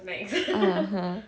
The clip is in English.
mmhmm